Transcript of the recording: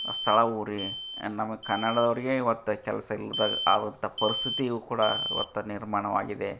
ಸ್ಥಳವೂರಿ ನಮ್ಗೆ ಕನ್ನಡದವ್ರಿಗೆ ಇವತ್ತು ಕೆಲಸ ಇಲ್ದಾಗೆ ಆಗುವಂಥ ಪರಿಸ್ಥಿತಿಯೂ ಕೂಡ ಇವತ್ತು ನಿರ್ಮಾಣವಾಗಿದೆ